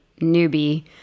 newbie